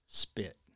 spit